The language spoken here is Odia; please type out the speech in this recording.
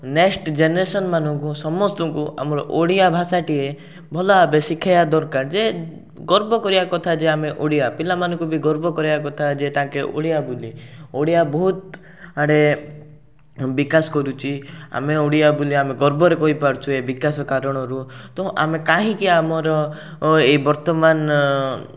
ନେକ୍ସଟ୍ ଜେନେରେସନ୍ମାନଙ୍କୁ ସମସ୍ତଙ୍କୁ ଆମର ଓଡ଼ିଆ ଭାଷାଟିଏ ଭଲ ଭାବେ ଶିଖେଇବା ଦରକାର ଯେ ଗର୍ବ କରିବା କଥା ଯେ ଆମେ ଓଡ଼ିଆ ପିଲାମାନଙ୍କୁ ବି ଗର୍ବ କରିବା କଥା ଯେ ତାଙ୍କେ ଓଡ଼ିଆ ବୋଲି ଓଡ଼ିଆ ବହୁତ ଆଡ଼େ ବିକାଶ କରୁଛି ଆମେ ଓଡ଼ିଆ ବୋଲି ଆମେ ଗର୍ବରେ କହିପାରୁଛେ ବିକାଶ କାରଣରୁ ତ ଆମେ କାହିଁକି ଆମର ଏ ବର୍ତ୍ତମାନ